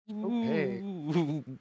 Okay